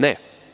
Ne.